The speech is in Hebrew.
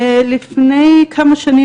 לפני כמה שנים,